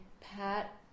Pat